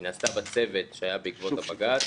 היא נעשתה בצוות שהיה בעקבות הבג"ץ,